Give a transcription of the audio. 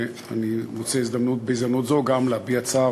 ואני רוצה בהזדמנות זו גם להביע צער,